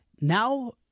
Now